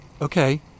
okay